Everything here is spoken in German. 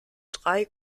drei